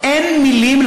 אין מילים,